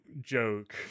joke